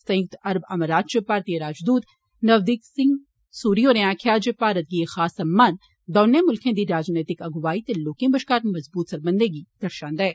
संय्क्त अरब अमारात च भारतीय राजदूत नवदीप सिंह सूरी होरें आक्खेया ऐ जे भारत गी ए खास सम्मान दौने मुल्खे दी राजनैतिक अगुवाई ते लोकें बश्कार मजबूत सरबंध गी दर्शांदा ऐ